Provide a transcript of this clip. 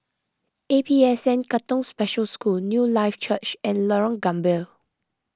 A P S N Katong Special School Newlife Church and Lorong Gambir